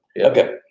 Okay